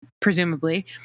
presumably